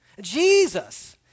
Jesus